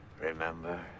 Remember